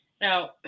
Now